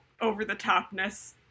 over-the-topness